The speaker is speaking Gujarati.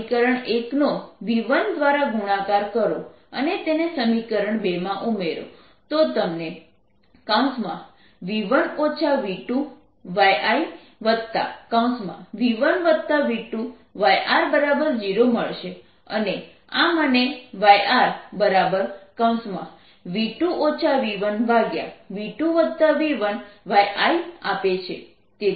સમીકરણ 1 નો v1 દ્વારા ગુણાકાર કરો અને તેને સમીકરણ 2 માં ઉમેરો તો તમને v1 v2yIv1v2yR 0 મળશે અને આ મને yRv2 v1v2v1yI આપે છે